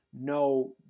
no